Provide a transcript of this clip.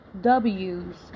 W's